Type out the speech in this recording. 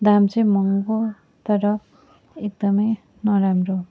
दाम चाहिँ महँगो तर एकदम नराम्रो